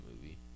movie